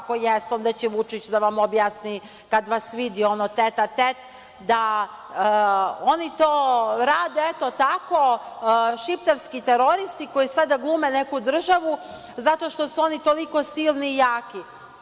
Ako jeste, onda će Vučić da vam objasni kad vas vidi ono tet atet, da oni to rade eto tako, šiptarski teroristi koji sada glume neku državu zato što su oni toliko silni i jaki.